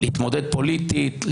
להתמודד פוליטית,